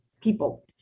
people